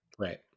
Right